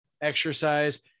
exercise